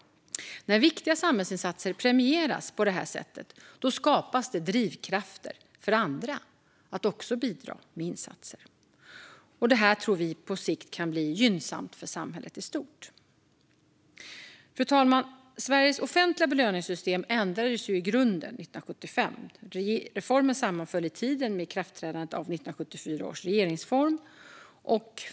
När viktiga samhällsinsatser premieras på det här sättet skapas drivkrafter för andra att också bidra med insatser. Det tror vi på sikt kan bli gynnsamt för samhället i stort. Fru talman! Sveriges offentliga belöningssystem ändrades i grunden 1975. Reformen sammanföll i tiden med ikraftträdandet av 1974 års regeringsform.